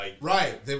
Right